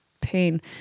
pain